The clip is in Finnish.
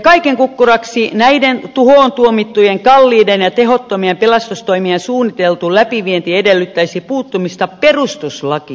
kaiken kukkuraksi näiden tuhoon tuomittujen kalliiden ja tehottomien pelastustoimien suunniteltu läpivienti edellyttäisi puuttumista perustuslakiin